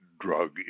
drug